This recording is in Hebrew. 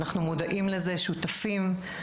אנחנו מודעים לזה ושותפים לזה.